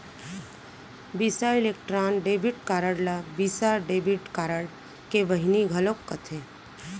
बिसा Electron debit card ल Visa debit card के बहिनी घलौक कथें